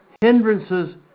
hindrances